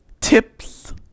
tips